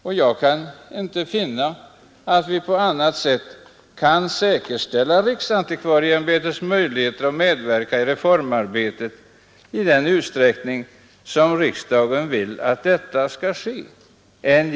Och jag kan inte finna att vi på annat sätt än genom att medel beviljas kan säkerställa riksantikvarieimbetets möjligheter att medverka i reformarbetet i den utsträckning som riksdagen vill att det skall ske.